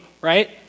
right